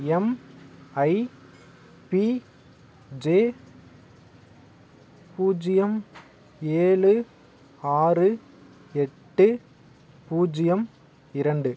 MIPJ பூஜ்யம் ஏலு ஆறு எட்டு பூஜ்யம் இரண்டு